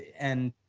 and,